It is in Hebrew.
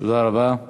תודה רבה.